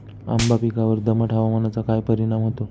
आंबा पिकावर दमट हवामानाचा काय परिणाम होतो?